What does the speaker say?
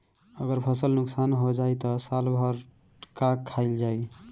अगर फसल नुकसान हो जाई त साल भर का खाईल जाई